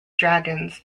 dragons